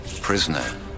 Prisoner